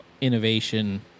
innovation